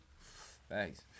thanks